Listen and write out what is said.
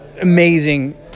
amazing